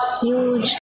huge